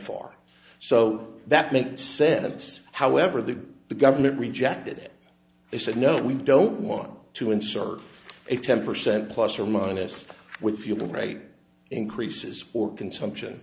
far so that makes sense however the the government rejected it they said no we don't want to insert a ten percent plus or minus with fuel rate increases or consumption